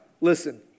listen